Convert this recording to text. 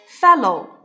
Fellow